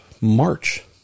March